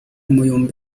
muyumbu